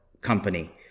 company